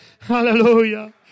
Hallelujah